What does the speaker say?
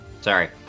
Sorry